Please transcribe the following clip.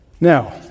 Now